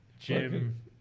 Jim